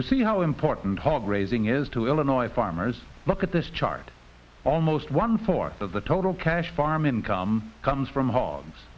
to see how important hard raising is to illinois farmers look at this chart almost one fourth of the total cash farm income comes from hogs